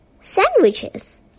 sandwiches